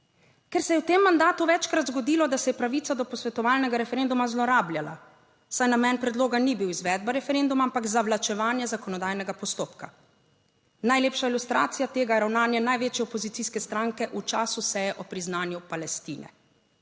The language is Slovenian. Ker se je v tem mandatu večkrat zgodilo, da se je pravica do posvetovalnega referenduma zlorabljala, saj namen predloga ni bil izvedba referenduma, ampak zavlačevanje zakonodajnega postopka. Najlepša ilustracija tega je ravnanje največje opozicijske stranke v času seje o priznanju Palestine.